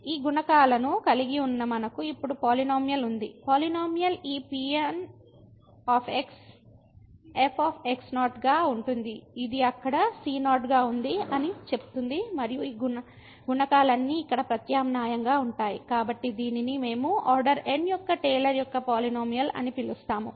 ఈ గుణకాలను కలిగి ఉన్న మనకు ఇప్పుడు పాలినోమియల్ ఉంది పాలినోమియల్ ఈ Pn f గా ఉంటుంది అది అక్కడ c0 గా ఉంది అని చెప్తుంది మరియు ఈ గుణకాలన్నీ ఇక్కడ ప్రత్యామ్నాయంగా ఉంటాయి కాబట్టి దీనిని మేము ఆర్డర్ n యొక్క టేలర్ యొక్క పాలినోమియల్ అని పిలుస్తాము